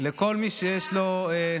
לכל מי שיש לו,